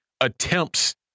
attempts